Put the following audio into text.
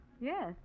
Yes